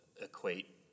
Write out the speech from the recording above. Equate